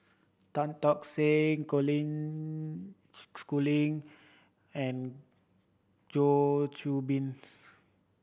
Tan Tock San Colin Schooling and Goh Qiu Bin